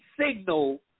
signal